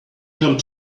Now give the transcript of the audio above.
come